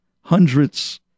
hundreds